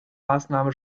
maßnahme